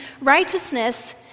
Righteousness